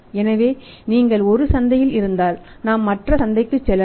எனவே நீங்கள் ஒரு சந்தையில் இருந்தால் நாம் மற்ற சந்தைக்குச் செல்லலாம்